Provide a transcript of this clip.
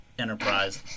enterprise